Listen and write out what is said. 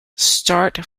start